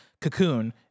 Cocoon